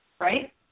right